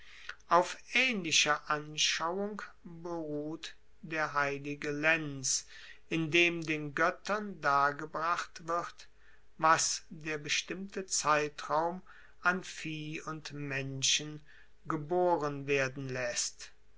auf aehnlicher anschauung beruht der heilige lenz indem den goettern dargebracht wird was der bestimmte zeitraum an vieh und menschen geboren werden laesst